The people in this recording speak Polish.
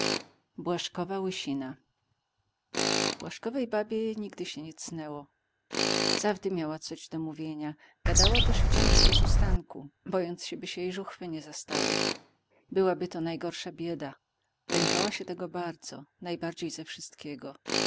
każdego dnia błażkowej babie nigdy się nie cnęło zawdy miała coś do mówienia gadała też wciąż i bez ustanku bojąc się by się jej żuchwy nie zastały byłaby to najgorsza bieda lękała się tego bardzo najbardziej ze wszystkiego